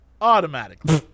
automatically